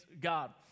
God